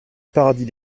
paradis